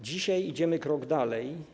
Dzisiaj idziemy krok dalej.